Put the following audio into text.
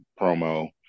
promo